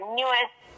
newest